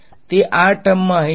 તે આ ટર્મમાં અહીં છે